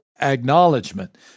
acknowledgement